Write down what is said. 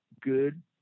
good